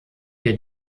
der